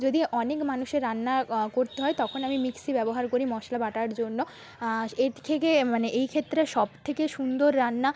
যদি অনেক মানুষের রান্না করতে হয় তখন আমি মিক্সি ব্যবহার করি মশলা বাটার জন্য স্ এর থেকে মানে এই ক্ষেত্রে সব থেকে সুন্দর রান্না